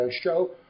show